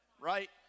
right